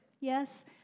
Yes